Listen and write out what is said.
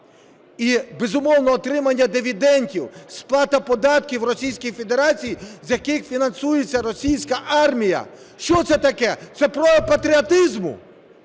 І, безумовно, отримання дивідендів, сплата податків Російській Федерації, з яких фінансується російська армія – що це таке, це прояв патріотизму?